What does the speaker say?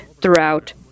throughout